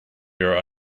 your